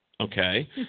okay